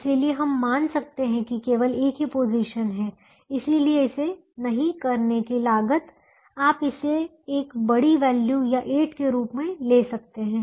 इसलिए हम मान सकते हैं कि केवल एक ही पोजीशन है इसलिए इसे नहीं करने की लागत आप इसे एक बड़ी वैल्यू या 8 के रूप में ले सकते हैं